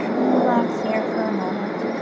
and relax here for a moment